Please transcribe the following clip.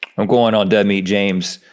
i'm going on dead meat james.